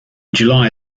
july